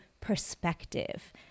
perspective